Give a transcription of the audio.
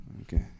Okay